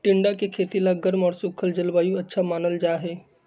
टिंडा के खेती ला गर्म और सूखल जलवायु अच्छा मानल जाहई